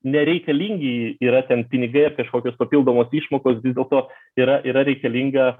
nereikalingi yra ten pinigai ar kažkokios papildomos išmokos vis dėlto yra yra reikalinga